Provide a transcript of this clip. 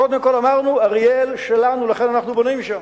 קודם כול אמרנו: אריאל שלנו, לכן אנחנו בונים שם.